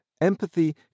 Empathy